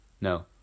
No